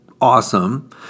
awesome